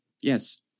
Yes